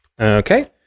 Okay